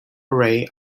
array